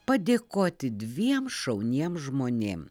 padėkoti dviem šauniem žmonėm